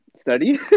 Study